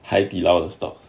haidilao stocks